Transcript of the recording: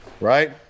Right